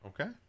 Okay